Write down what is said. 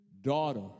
daughter